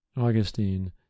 Augustine